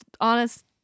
honest